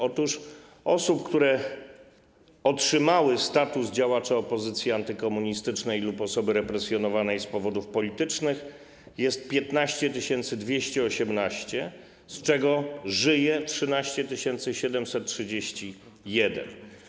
Otóż osób, które otrzymały status działacza opozycji antykomunistycznej lub osoby represjonowanej z powodów politycznych, jest 15 218, z czego żyje 13 731.